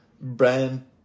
brand